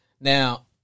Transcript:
Now